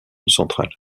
central